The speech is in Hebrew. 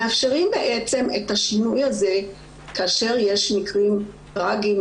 מאפשרים את השינוי הזה כאשר יש מקרים טרגיים,